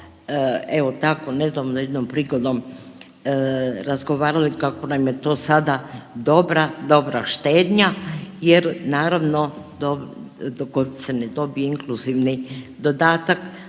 smo tako evo nedavno jednom prigodom razgovarali kako nam je to sada dobra, dobra štednja jer naravno dok god se ne dobije inkluzivni dodatak